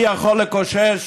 מי יכול לקושש